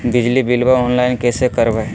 बिजली बिलाबा ऑनलाइन कैसे करबै?